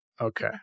Okay